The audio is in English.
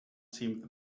seemed